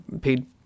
paid